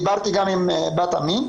דיברתי גם עם בת עמי.